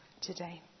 today